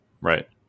Right